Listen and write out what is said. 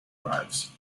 drives